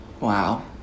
Wow